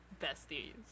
besties